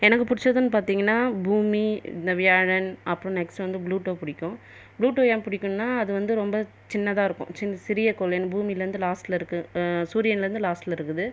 எனக்கு பிடிச்சதுனு பார்த்தீங்கன்னா பூமி இந்த வியாழன் அப்புறம் நெக்ஸ்ட்டு வந்து புளூட்டோ பிடிக்கும் புளூட்டோ ஏன் பிடிக்கும்னா அது வந்து ரொம்ப சின்னதாயிருக்கும் சின்ன சிறிய கோள்லு பூமிலேர்ருந்து லாஸ்ட்டில் இருக்குது சூரியன்லேர்ந்து லாஸ்ட்டில் இருக்குது